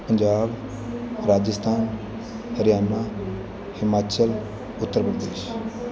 Punjab Rajasthan Haryana Himachal Uttar Pradesh